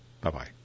Bye-bye